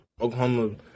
Oklahoma